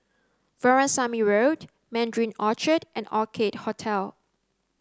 Veerasamy Road Mandarin Orchard and Orchid Hotel